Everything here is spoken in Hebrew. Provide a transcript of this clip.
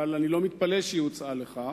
אבל אני לא מתפלא שהיא הוצעה לך,